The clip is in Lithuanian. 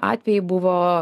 atvejai buvo